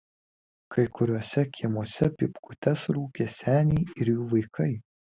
kai kuriuose kiemuose pypkutes rūkė seniai ir jų vaikai